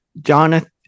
jonathan